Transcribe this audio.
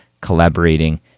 collaborating